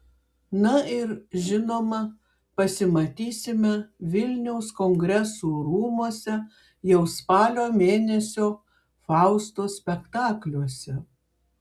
na ir žinoma pasimatysime vilniaus kongresų rūmuose jau spalio mėnesio fausto spektakliuose